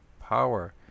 power